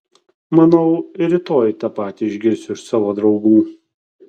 manau ir rytoj tą patį išgirsiu iš savo draugų